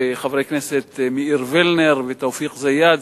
וחברי הכנסת מאיר וילנר ותופיק זיאד,